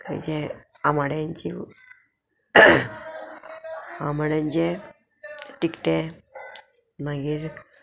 हेजे आमाड्यांची आमाड्यांचे टिकटें मागीर